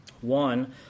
One